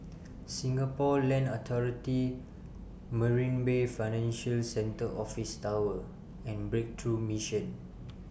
Singapore Land Authority Marina Bay Financial Centre Office Tower and Breakthrough Mission